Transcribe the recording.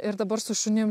ir dabar su šunim